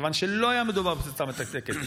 כיוון שלא היה מדובר בפצצה מתקתקת,